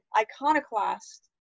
iconoclast